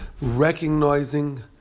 recognizing